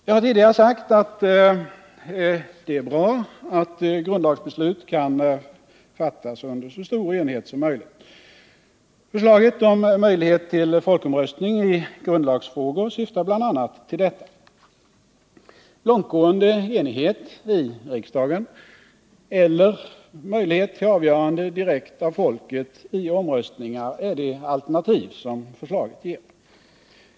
Jag har tidigare sagt att det är bra om grundlagsbeslut kan fattas under så stor enighet som möjligt. Förslaget om möjlighet till folkomröstning i grundlagsfrågor syftar bl.a. till detta. Långtgående enighet i riksdagen eller möjlighet till avgörande direkt av folket i omröstningar är de alternativ som förslaget ger.